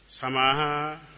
samaha